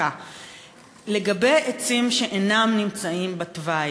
לגבי עצים שאינם נמצאים בתוואי,